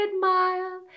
mile